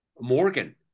Morgan